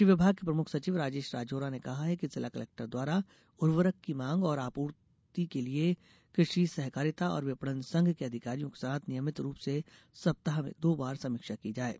कृषि विभाग के प्रमुख सचिव राजेश राजौरा ने कहा कि जिला कलेक्टर द्वारा उर्वरक की माँग और पूर्ति के लिये कृषि सहकारिता और विपणन संघ के अधिकारियों के साथ नियमित रूप से सप्ताह में दो बार समीक्षा की जाये